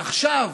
ועכשיו,